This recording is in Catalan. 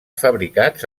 fabricats